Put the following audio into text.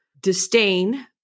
disdain